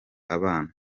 abana